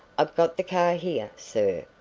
i've got the car here, sir,